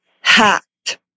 hacked